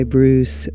Bruce